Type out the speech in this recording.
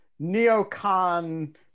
neocon